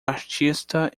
artista